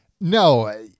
No